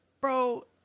Bro